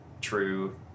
true